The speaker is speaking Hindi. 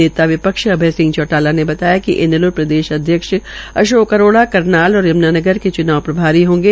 नेता विपक्ष अभय सिंह चौटाला ने बताया कि इनैलो प्रदेशाध्यक्ष अशोक अरोड़ा करनाल और यम्नानगर के च्नाव प्रभारी होंगे